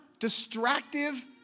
distractive